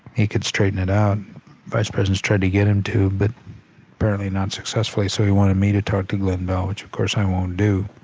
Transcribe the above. he could straighten it out. the vice president's tried to get him to, but apparently not successfully, so he wanted me to talk to glenn beall, which, of course, i won't do,